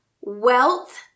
Wealth